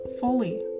fully